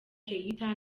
keita